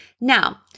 Now